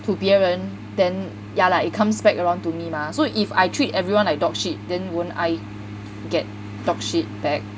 to 别人 then yeah lah it comes back around to me mah so if I treat everyone like dog shit then won't I get dog shit